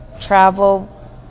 travel